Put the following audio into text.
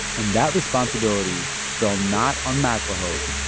and that responsibility fell not on maclehose,